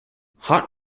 hot